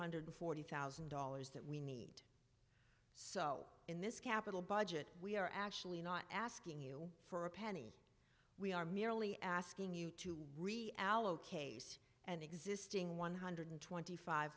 hundred forty thousand dollars that we need so in this capital budget we are actually not asking you for a penny we are merely asking you to re allo case an existing one hundred twenty five